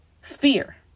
fear